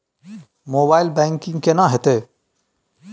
Mobile banking केना हेते?